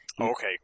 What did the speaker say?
Okay